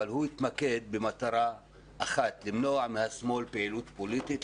שהתמקד במטרה אחת: למנוע מהשמאל פעילות פוליטית,